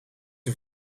een